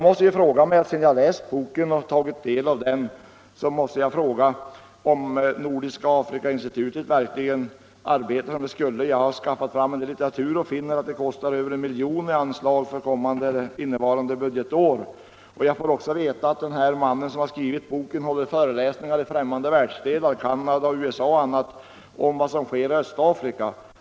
Sedan jag har läst boken måste jag undra om Nordiska Afrikainstitutet verkligen arbetar som det skulle. Jag har skaffat fram en del litteratur och finner att det kostar över I milj.kr. i anslag under innevarande budgetår. Man får också veta att den här mannen som har skrivit boken håller föreläsningar i främmande världsdelar — bl.a. i Canada och USA —- om vad som sker i Östafrika.